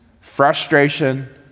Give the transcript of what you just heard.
frustration